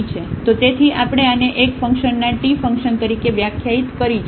તો તેથી આપણે આને એક ફંકશનના t ફંક્શન તરીકે વ્યાખ્યાયિત કરી છે